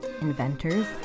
inventors